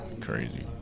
Crazy